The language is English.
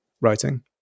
writing